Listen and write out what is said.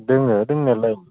दङ दंनायालाय